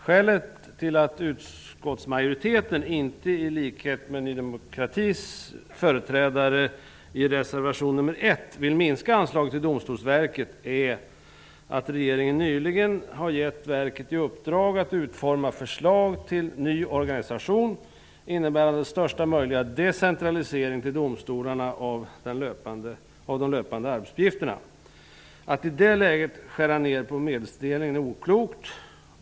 Skälet till att utskottsmajoriteten inte vill minska anslaget till Domstolsverket, vilket Ny demokratis företrädare vill göra i reservation 1, är att regeringen nyligen har gett verket i uppdrag att utforma förslag till ny organisation, innebärande största möjliga decentralisering till domstolarna av de löpande arbetsuppgifterna. Att i det läget skära ned på medelstilldelningen är oklokt.